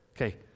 Okay